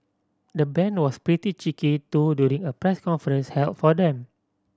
the band was pretty cheeky too during a press conference held for them